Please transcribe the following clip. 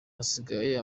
hasigare